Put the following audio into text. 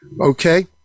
Okay